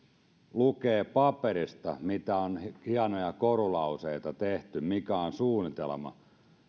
luki paperista mitä hienoja korulauseita on tehty mikä on suunnitelma ja